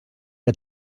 que